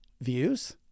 views